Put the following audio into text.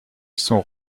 son